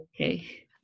Okay